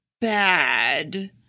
bad